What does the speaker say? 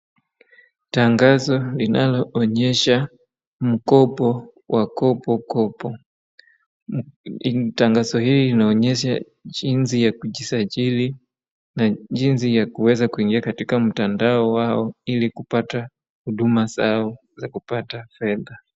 Tangazo linaloonyesha mkopo wa Kopokopo. Tangazo hii inaonyesha jinsi ya kujisajili na jinsi ya kueza kuingia katika mtandao wao ili kupata huduma zao za kupata fedha.